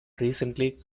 recently